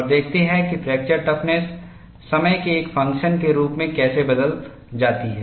और देखते हैं कि फ्रैक्चर टफ़्नस समय के एक फंक्शन के रूप में कैसे बदल जाती है